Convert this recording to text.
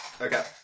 Okay